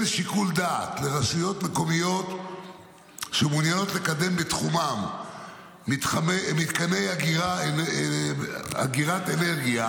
שיקול דעת לרשויות מקומיות שמעוניינות לקדם בתחומן מתקני אגירת אנרגיה,